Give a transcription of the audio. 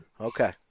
Okay